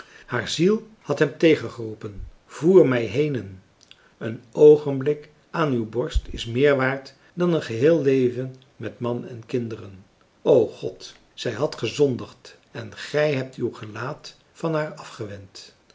haar ziel had hem tegengeroepen voer mij henen een oogenblik aan uw borst is meer waard dan een geheel leven met man en kinderen o god zij had gezondigd en gij hebt uw gelaat van haar afgewend